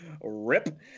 Rip